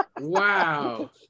Wow